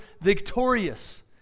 victorious